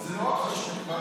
זה נורא חשוב.